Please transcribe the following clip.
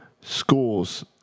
schools